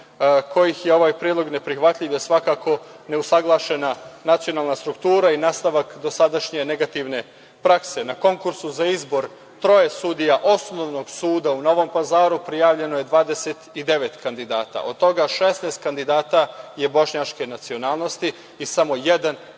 kojeg je ovaj predlog neprihvatljiv je svakako neusaglašena nacionalna struktura i nastavak dosadašnje negativne prakse. Na konkursu za izbor troje sudija Osnovnog suda u Novom Pazaru prijavljeno je 29 kandidata, a od toga 16 kandidata je bošnjačke nacionalnosti i samo jedan